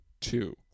Two